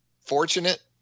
fortunate